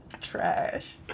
Trash